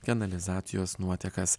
kanalizacijos nuotekas